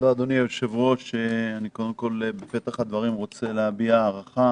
בפתח הדברים אני קודם כול רוצה להביע הערכה